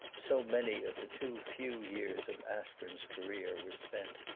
so many of the too few years of aspern's career were spent.